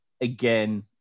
again